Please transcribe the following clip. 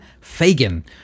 Fagan